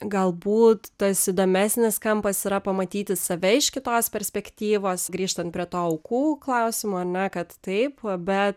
galbūt tas įdomesnis kampas yra pamatyti save iš kitos perspektyvos grįžtant prie to aukų klausimo ar ne kad taip bet